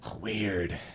Weird